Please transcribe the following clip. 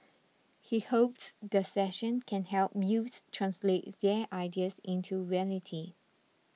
he hopes the session can help youths translate their ideas into reality